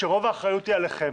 שרוב האחריות היא עליכם.